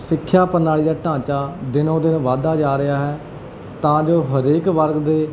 ਸਿੱਖਿਆ ਪ੍ਰਣਾਲੀ ਦਾ ਢਾਂਚਾ ਦਿਨੋਂ ਦਿਨ ਵੱਧਦਾ ਜਾ ਰਿਹਾ ਹੈ ਤਾਂ ਜੋ ਹਰੇਕ ਵਰਗ ਦੇ